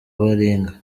baringa